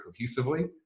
cohesively